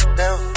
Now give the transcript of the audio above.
down